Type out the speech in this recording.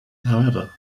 however